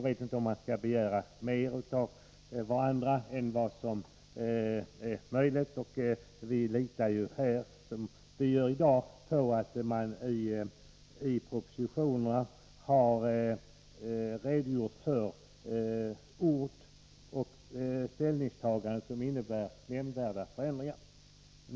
Vi litade då, liksom i dag, på att det i propositionerna redogörs för ord och ställningstaganden som innebär nämnvärda förändringar.